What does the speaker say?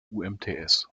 umts